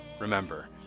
remember